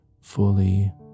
fully